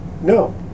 No